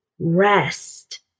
rest